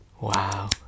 Wow